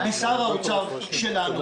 משר האוצר שלנו,